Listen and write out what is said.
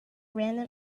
random